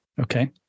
Okay